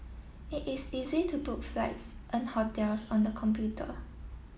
it is easy to book flights and hotels on the computer